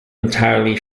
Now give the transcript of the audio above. entirely